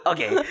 Okay